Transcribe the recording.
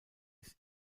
ist